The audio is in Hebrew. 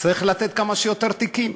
צריך לתת כמה שיותר תיקים.